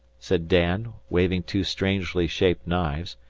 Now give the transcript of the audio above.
said dan, waving two strangely shaped knives,